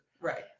Right